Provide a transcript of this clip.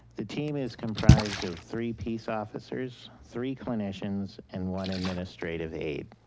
the team is comprised of three peace officers, three clinicians, and one administrative aide.